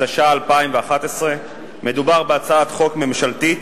התשע"א 2011. מדובר בהצעת חוק ממשלתית,